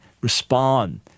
respond